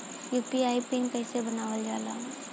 UPI PIN कइसे बनावल जाला?